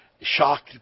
shocked